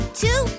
two